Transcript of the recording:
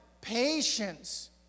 patience